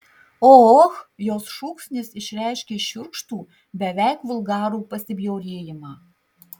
o och jos šūksnis išreiškė šiurkštų beveik vulgarų pasibjaurėjimą